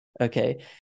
Okay